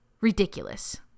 Ridiculous